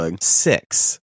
Six